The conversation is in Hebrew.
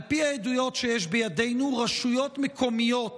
על פי העדויות שיש בידינו, רשויות מקומיות